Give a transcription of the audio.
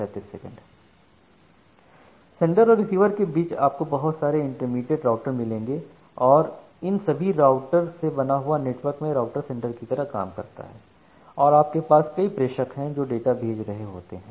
sender से receiver के बीच आपको बहुत सारे इंटरमीडिएट राउटर मिलेंगे और इन सभी राउटर से बना हुआ नेटवर्क में राउटर सेंडर की तरह काम करता है और आपके पास कई प्रेषक हैं जो डेटा भेज रहे होते हैं